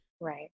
Right